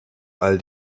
all